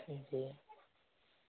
जी